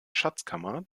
schatzkammer